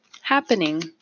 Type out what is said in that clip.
happening